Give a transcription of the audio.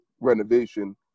renovation